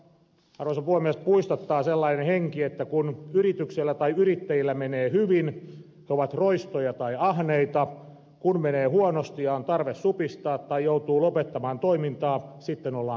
minua puistattaa sellainen henki että kun yrittäjillä menee hyvin he ovat roistoja tai ahneita kun menee huonosti ja on tarve supistaa tai joutuu lopettamaan toimintaa sitten ollaan konnia